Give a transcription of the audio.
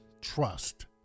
Trust